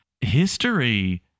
history